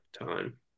time